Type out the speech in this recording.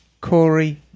Corey